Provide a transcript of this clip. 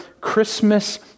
Christmas